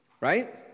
Right